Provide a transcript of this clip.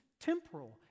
temporal